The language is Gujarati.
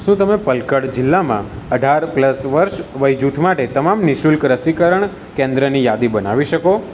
શું તમે પલક્કડ જિલ્લામાં અઢાર પ્લસ વર્ષ વય જૂથ માટે તમામ નિઃશુલ્ક રસીકરણ કેન્દ્રની યાદી બનાવી શકો